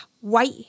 white